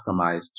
customized